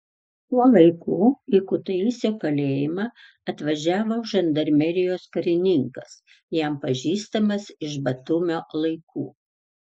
tuo laiku į kutaisio kalėjimą atvažiavo žandarmerijos karininkas jam pažįstamas iš batumio laikų